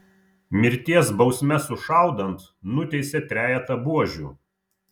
mirties bausme sušaudant nuteisė trejetą buožių